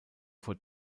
vor